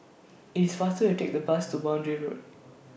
It's faster to Take The Bus to Boundary Road